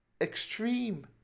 extreme